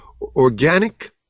organic